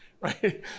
right